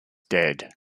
dead